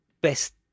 best